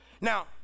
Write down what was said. Now